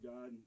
God